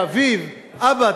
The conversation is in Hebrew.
לאביו: אבא,